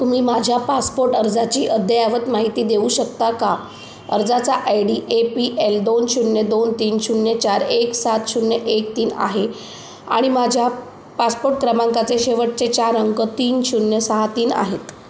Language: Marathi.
तुम्ही माझ्या पासपोट अर्जाची अद्ययावत माहिती देऊ शकता का अर्जाचा I D A P L दोन शून्य दोन तीन शून्य चार एक सात शून्य एक तीन आहे आणि माझ्या पासपोट क्रमांकाचे शेवटचे चार अंक तीन शून्य सहा तीन आहेत